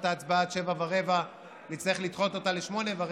את ההצבעה עד 19:15 נצטרך לדחות אותה ל-20:15,